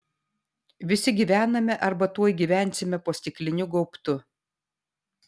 visi gyvename arba tuoj gyvensime po stikliniu gaubtu